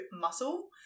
muscle